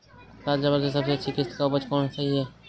लाल चावल की सबसे अच्छी किश्त की उपज कौन सी है?